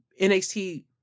NXT